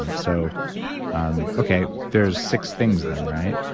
um so um okay, there're six things then, right?